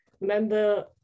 Remember